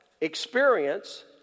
experience